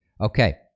Okay